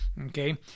Okay